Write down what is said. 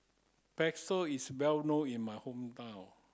bakso is well known in my hometown